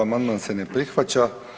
Amandman se ne prihvaća.